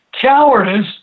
cowardice